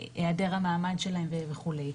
העדר המעמד שלהם וכו'.